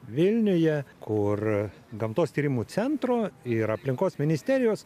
vilniuje kur gamtos tyrimų centro ir aplinkos ministerijos